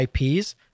IPs